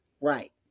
right